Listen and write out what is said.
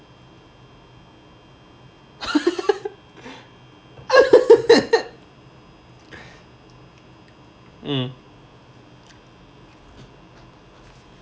mm